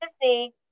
Disney